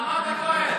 על מה אתה כועס?